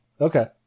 Okay